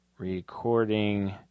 Recording